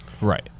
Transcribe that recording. Right